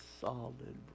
solid